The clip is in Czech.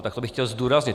Tak to bych chtěl zdůraznit.